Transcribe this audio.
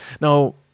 now